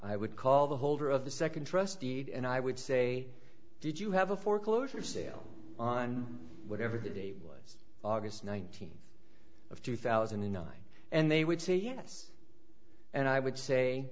i would call the holder of the second trust deed and i would say did you have a foreclosure sale on whatever they was august nineteenth of two thousand and nine and they would say yes and i would say